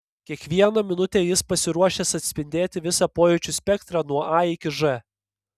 kiekvieną minutę jis pasiruošęs atspindėti visą pojūčių spektrą nuo a iki ž